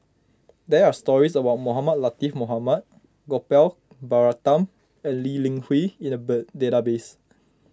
there are stories about Mohamed Latiff Mohamed Gopal Baratham and Lee Li Hui in the database